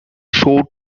showed